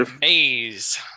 Maze